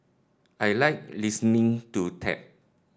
I like listening to tap